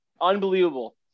Unbelievable